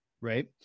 Right